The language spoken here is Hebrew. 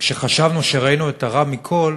כשחשבנו שראינו את הרע מכול